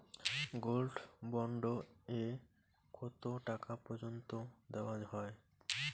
Gold bond এ কতো টাকা পর্যন্ত দেওয়া হয়?